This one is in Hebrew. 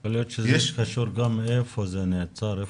יכול להיות שזה קשור לשאלה איפה זה נעצר.